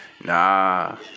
nah